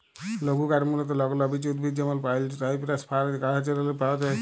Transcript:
লঘুকাঠ মূলতঃ লগ্ল বিচ উদ্ভিদ যেমল পাইল, সাইপ্রাস, ফার ইত্যাদি গাহাচেরলে পাউয়া যায়